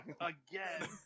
Again